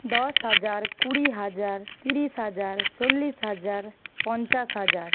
দশ হাজার কুড়ি হাজার তিরিশ হাজার চল্লিশ হাজার পঞ্চাশ হাজার